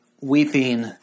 weeping